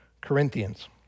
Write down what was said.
Corinthians